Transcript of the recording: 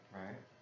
right